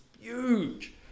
huge